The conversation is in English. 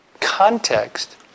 context